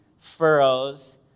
furrows